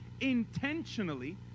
intentionally